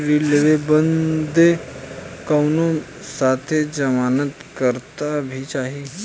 ऋण लेवे बदे कउनो साथे जमानत करता भी चहिए?